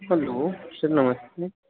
hello sir नमस्ते